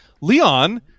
Leon